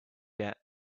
yet